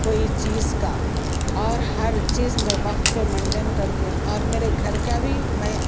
کوئی چیز کا اور ہر چیز میں وقت پہ مینٹین کرتی ہوں اور میرے گھر کا بھی میں